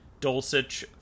Dulcich